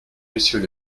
monsieur